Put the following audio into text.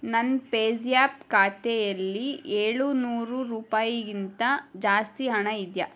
ನನ್ನ PayZapp ಖಾತೆಯಲ್ಲಿ ಏಳು ನೂರು ರೂಪಾಯಿಗಿಂತ ಜಾಸ್ತಿ ಹಣ ಇದೆಯಾ